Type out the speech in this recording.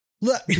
look